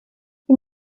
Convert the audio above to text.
die